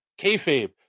Kayfabe